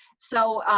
so,